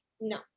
no